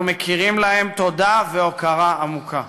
אנחנו מכירים להם תודה והוקרה עמוקה.